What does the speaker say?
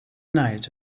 night